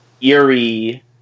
eerie